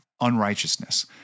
unrighteousness